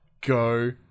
go